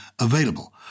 available